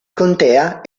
contea